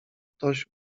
ktoś